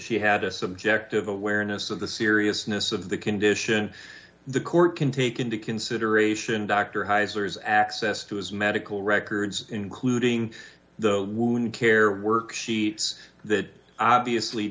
she had a subjective awareness of the seriousness of the condition the court can take into consideration dr hiser has access to his medical records including the wound care work sheets that obviously